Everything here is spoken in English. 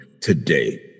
today